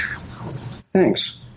Thanks